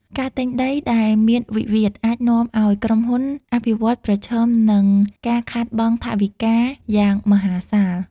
ការទិញដីដែលមានវិវាទ អាចនាំឱ្យក្រុមហ៊ុនអភិវឌ្ឍន៍ប្រឈមនឹងការខាតបង់ថវិកាយ៉ាងមហាសាល។